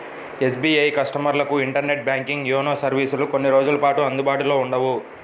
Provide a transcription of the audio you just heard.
SBI కస్టమర్లకు internet banking, YONO సర్వీసులు కొన్ని రోజుల పాటు అందుబాటులో ఉండవు